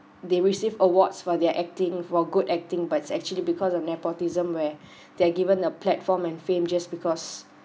they received awards for their acting for good acting but it's actually because of nepotism where they are given a platform and fame just because